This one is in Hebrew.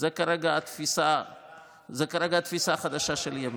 זו כרגע התפיסה החדשה של הימין.